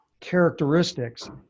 characteristics